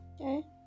okay